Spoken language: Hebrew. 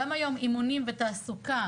גם היום אימונים ותעסוקה